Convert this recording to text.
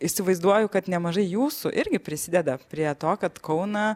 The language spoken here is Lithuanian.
įsivaizduoju kad nemažai jūsų irgi prisideda prie to kad kauną